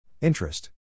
Interest